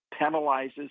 penalizes